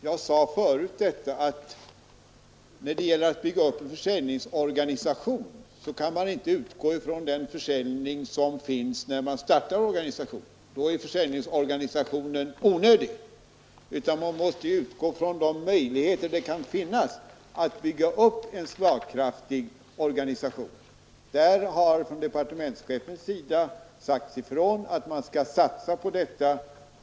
Jag sade förut att när det gäller att bygga upp en försäljningsorganisation kan man inte utgå ifrån den försäljning som finns då man startar organisationen ty i så fall är försäljningsorganisationen onödig, utan man måste utgå från de möjligheter som kan finnas att bygga upp en slagkraftig organisation. Nu har departementschefen sagt ifrån att man skall satsa på detta.